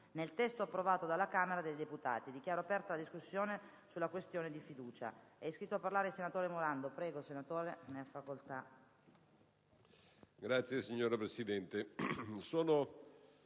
nel testo approvato dalla Camera dei deputati. Dichiaro aperta la discussione sulla questione di fiducia. È iscritto a parlare il senatore Morando. Ne ha facoltà.